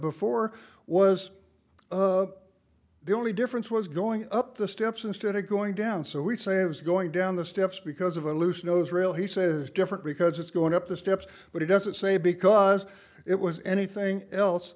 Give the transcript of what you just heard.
before was the only difference was going up the steps instead of going down so he saves going down the steps because of a loose nose rail he says different because it's going up the steps but it doesn't say because it was anything else